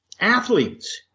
athletes